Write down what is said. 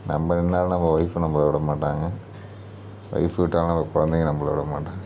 நம்ப நின்றாலும் நம்ப ஒய்ஃபு நம்பளை விட மாட்டாங்க ஒய்ஃப் விட்டாலும் நம்ப குழந்தைங்க நம்பளை விட மாட்டாங்க